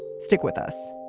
stick with us